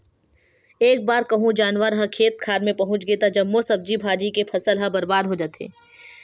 एक बार कहूँ जानवर ह खेत खार मे पहुच गे त जम्मो सब्जी भाजी के फसल ह बरबाद हो जाथे